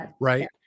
Right